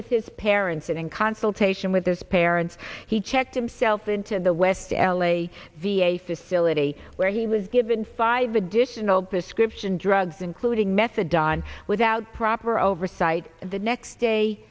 with his parents and in consultation with those parents he checked himself in to the west l a v a facility where he was given five additional description drugs including method don without proper oversight the next day